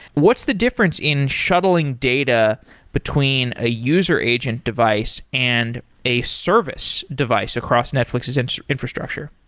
what's the difference in shuttling data between a user agent device and a service device across netflix's and infrastructure?